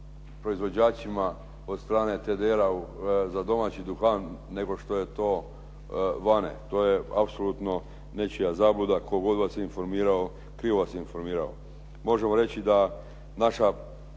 proizvođačima od strane TDR-a za domaći duhan nego što je to vani. To je apsolutno nečija zabluda. Tko god vas informirao krivo vas informirao. Možemo reći da naša